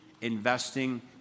investing